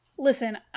Listen